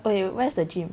oh wait where's the gym